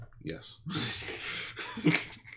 Yes